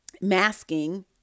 masking